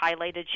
highlighted